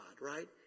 right